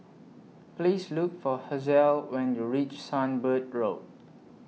Please Look For Hazelle when YOU REACH Sunbird Road